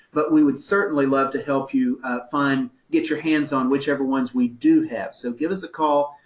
but we would certainly love to help you find, get your hands on whichever ones we do have. so give us a call,